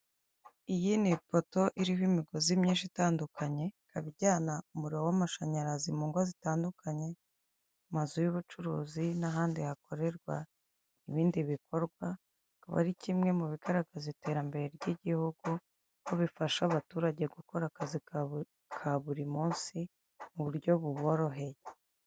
Iyi ni ipoto iriho imigozi myinshi itandukanye, ikaba ijyana umuriro w'amashanyarazi mu ngo zitandukanye, mu mazu y'ubucuruzi n'ahandi hakorerwa ibindi bikorwa, akaba ari kimwe mu bigaragaza iterambere ry'igihugu, kuko bifasha abaturage gukora akazi kabo ka buri munsi mu buryo buboroheye.